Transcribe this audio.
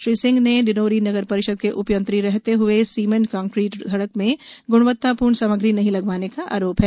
श्री सिंह पर डिंडोरी नगर परिषद के उपयंत्री रहते हए सीमेंट कांक्रीट सड़क में गुणवत्तापूर्ण सामग्री नहीं लगवाने का आरोप है